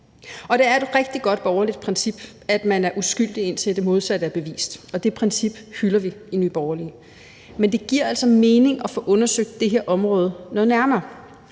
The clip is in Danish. Og det er et rigtig godt borgerligt princip, at man er uskyldig, indtil det modsatte er bevist, og det princip hylder vi i Nye Borgerlige, men det giver altså mening at få undersøgt det her område noget nærmere.